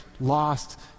lost